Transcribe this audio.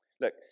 Look